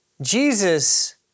Jesus